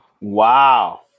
Wow